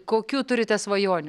kokių turite svajonių